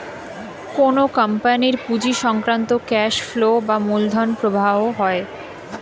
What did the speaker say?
কোন কোম্পানির পুঁজি সংক্রান্ত ক্যাশ ফ্লো বা মূলধন প্রবাহ হয়